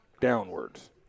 downwards